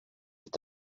est